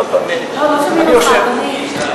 מה שאמרת נכון בעניין של הפרוטוקול,